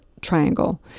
triangle